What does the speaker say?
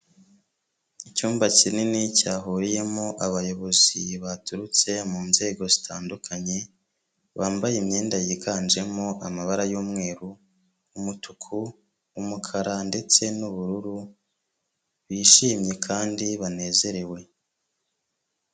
icyumba kinini cyahuriyemo abayobozi baturutse mu nzego zitandukanye, bambaye imyenda yiganjemo amabara y'umweru, umutuku, umukara ndetse n'ubururu bishimye kandi banezerewe.